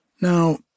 Now